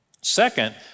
Second